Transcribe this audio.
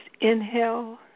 inhale